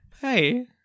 Hey